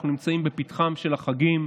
אנחנו נמצאים בפתחם של החגים,